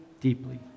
deeply